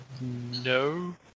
No